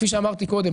כפי שאמרתי קודם,